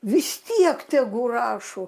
vis tiek tegu rašo